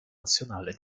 nazionale